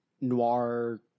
Noir